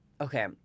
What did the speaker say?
okay